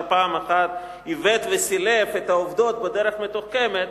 פעם אחת עיוות וסילף את העובדות בדרך מתוחכמת,